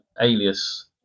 Alias